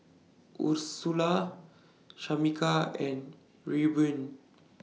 Ursula Shamika and Reubin